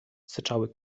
syczały